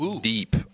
deep